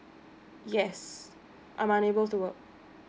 yes I'm unable to work